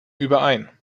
überein